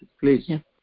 please